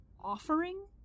offering